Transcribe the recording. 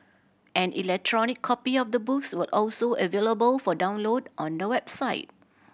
an electronic copy of the books will also available for download on the website